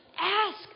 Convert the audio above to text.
Ask